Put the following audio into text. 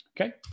okay